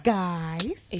guys